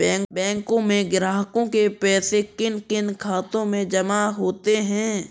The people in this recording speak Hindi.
बैंकों में ग्राहकों के पैसे किन किन खातों में जमा होते हैं?